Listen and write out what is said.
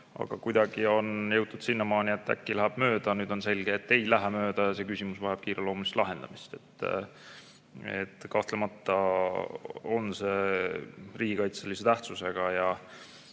aga kuidagi on jõutud sinnamaani, et äkki läheb mööda. Nüüd on selge, et ei lähe mööda, ja see küsimus vajab kiireloomulist lahendamist. Kahtlemata on see riigikaitselise tähtsusega.